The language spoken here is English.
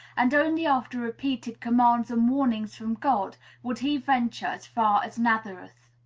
and only after repeated commands and warnings from god would he venture as far as nazareth.